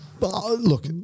Look